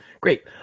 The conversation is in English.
Great